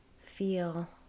Feel